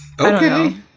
Okay